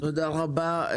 תודה רבה.